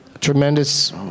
tremendous